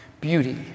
beauty